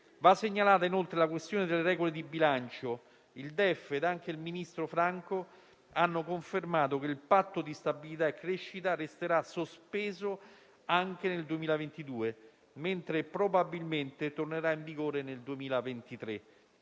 Va segnalata, inoltre, la questione delle regole di bilancio. Il Documento di economia e finanza e il ministro Franco hanno confermato che il Patto di stabilità e crescita resterà sospeso anche nel 2022, mentre probabilmente tornerà in vigore nel 2023,